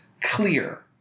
clear